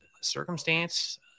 circumstance